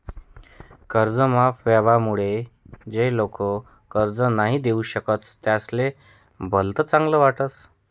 कर्ज माफ व्हवामुळे ज्या लोक कर्ज नई दिऊ शकतस त्यासले भलत चांगल वाटस